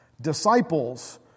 Disciples